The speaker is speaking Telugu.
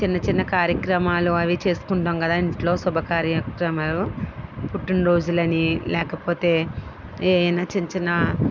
చిన్న చిన్న కార్యక్రమాలు చేసుకుంటాము కదా ఇంట్లో శుభకార్యక్రమాలు పుట్టిన రోజులు అని లేకపోతే ఏదన్నా చిన్న చిన్న